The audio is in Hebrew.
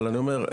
אבל אני אומר,